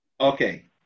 Okay